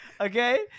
Okay